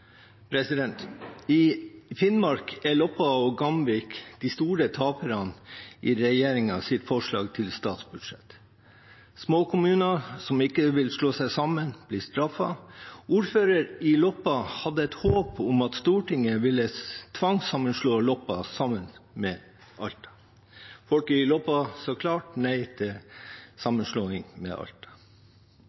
I Finnmark er Loppa og Gamvik de store taperne i regjeringens forslag til statsbudsjett. Småkommuner som ikke vil slå seg sammen, blir straffet. Ordføreren i Loppa hadde et håp om at Stortinget ville tvangssammenslå Loppa med Alta. Folk i Loppa sa klart nei til sammenslåing med Alta.